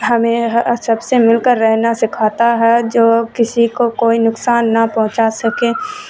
ہمیں سب سے مل کر رہنا سکھاتا ہے جو کسی کو کوئی نقصان نہ پہنچا سکے